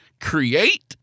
create